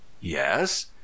yes